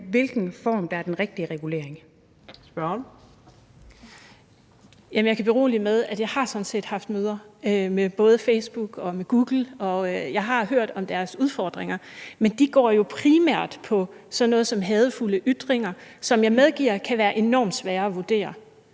Karina Lorentzen Dehnhardt (SF): Jeg kan berolige med, at jeg sådan set har haft møder med både Facebook og Google, og jeg har hørt om deres udfordringer, men de går jo primært på sådan noget som hadefulde ytringer, som jeg medgiver kan være enormt svære at vurdere.